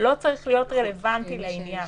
לא צריך להיות רלוונטי לעניין.